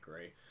right